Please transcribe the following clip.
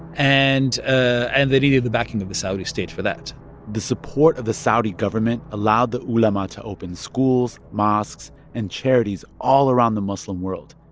and ah and they needed the backing of the saudi state for that the support of the saudi government allowed the ulema um ah to open schools, mosques and charities all around the muslim world,